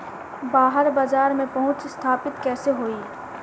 बाहर बाजार में पहुंच स्थापित कैसे होई?